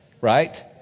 Right